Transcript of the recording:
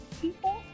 people